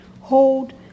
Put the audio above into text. hold